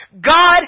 God